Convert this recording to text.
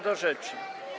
do rzeczy.